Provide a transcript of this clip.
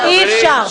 ולא שכל חברי כנסת,